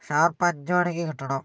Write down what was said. sharp അഞ്ചു മണിക്ക് കിട്ടണം